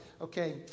okay